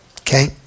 okay